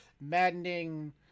maddening